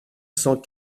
cent